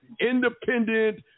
independent